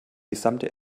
gesamte